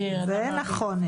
זה נכון.